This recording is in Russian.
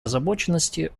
озабоченности